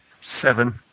Seven